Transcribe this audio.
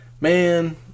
man